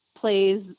plays